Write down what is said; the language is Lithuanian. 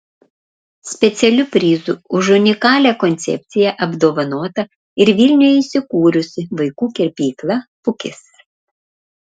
specialiu prizu už unikalią koncepciją apdovanota ir vilniuje įsikūrusi vaikų kirpykla pukis